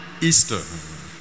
Easter